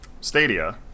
stadia